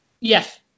Yes